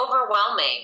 overwhelming